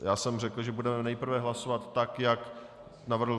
Já jsem řekl, že budeme nejprve hlasovat tak, jak navrhl...